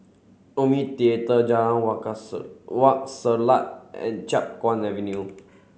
Omni Theatre Jalan Wak Wak Selat and Chiap Guan Avenue